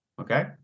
Okay